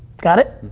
got it?